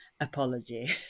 apology